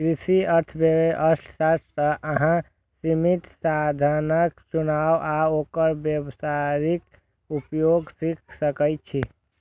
कृषि अर्थशास्त्र सं अहां सीमित साधनक चुनाव आ ओकर व्यावहारिक उपयोग सीख सकै छी